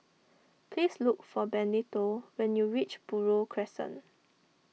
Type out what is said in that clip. please look for Benito when you reach Buroh Crescent